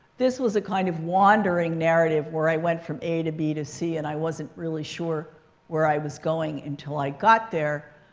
this was a kind of wandering narrative where i went from a to b to c. and i wasn't really sure where i was going until i got there.